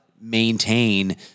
maintain